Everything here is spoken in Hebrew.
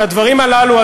את הדברים הללו,